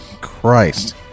Christ